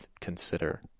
consider